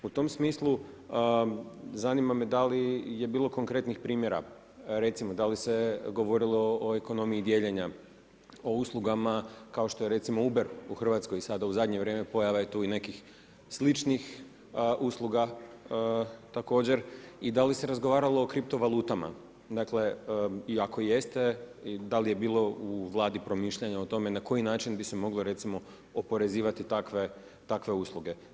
U tom smislu zanima me da li je bilo konkretnih primjera, recimo da li se govorilo o ekonomiji dijeljenja, o uslugama kao što je recimo Uber u Hrvatskoj i sada u zadnje vrijeme pojava je tu i nekih sličnih usluga, također i da li se razgovaralo o kripto valutama i ako jeste da li je bilo u Vladi promišljanja o tome na koji način bi se moglo recimo oporezivati takve usluge.